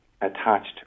attached